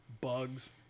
bugs